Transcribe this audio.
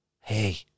hey